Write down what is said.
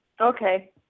Okay